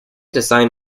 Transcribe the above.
design